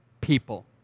people